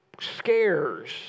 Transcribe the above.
scares